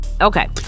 Okay